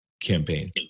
campaign